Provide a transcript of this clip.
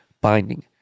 binding